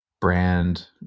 brand